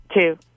two